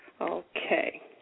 Okay